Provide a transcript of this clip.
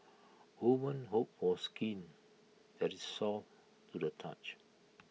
women hope for skin that is soft to the touch